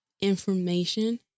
information